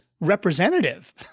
representative